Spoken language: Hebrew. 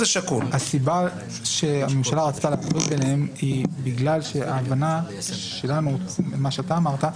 הסיבה שהממשלה רצתה להפריד ביניהם היא בגלל מה שאתה אמרת,